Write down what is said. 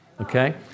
okay